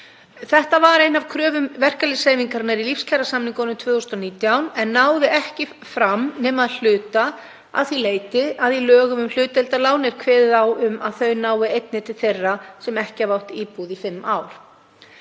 Þetta var ein af kröfum verkalýðshreyfingarinnar í lífskjarasamningunum 2019 en náði ekki fram nema að hluta, að því leyti að í lögum um hlutdeildarlán er kveðið á um að þau nái einnig til þeirra sem ekki hafa átt íbúð í fimm ár.